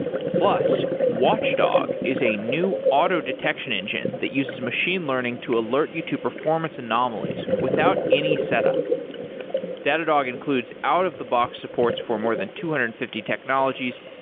plus, watchdog is a new auto detection engine that uses machine learning to alert you to performance anomalies without any setup datadog includes out-of-the-box supports for more than two hundred and fifty technologies,